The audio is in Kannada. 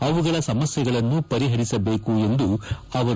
ಅವುಗಳ ಸಮಸ್ಥೆಗಳನ್ನು ಪರಿಪರಿಸಬೇಕು ಎಂದರು